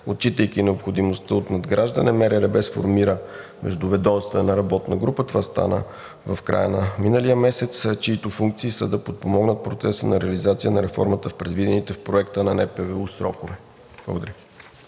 Отчитайки необходимостта от надграждане, МРРБ сформира междуведомствена работна група – това стана в края на миналия месец, чиито функции са да подпомогне процеса на реализация на реформата в предвидените в проекта на НПВУ срокове. Благодаря.